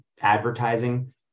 advertising